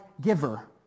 giver